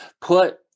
Put